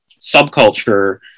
subculture